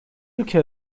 ülke